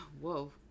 whoa